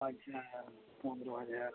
ᱟᱪᱪᱷᱟ ᱯᱚᱱᱨᱚ ᱦᱟᱡᱟᱨ